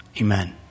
amen